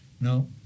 no